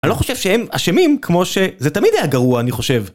אני לא חושב שהם אשמים כמו שזה תמיד היה גרוע, אני חושב.